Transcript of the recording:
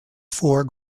four